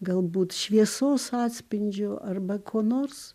galbūt šviesos atspindžio arba ko nors